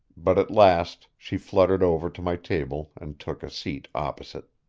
but at last she fluttered over to my table and took a seat opposite.